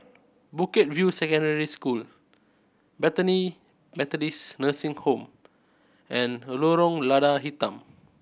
Bukit View Secondary School Bethany Methodist Nursing Home and Lorong Lada Hitam